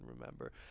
remember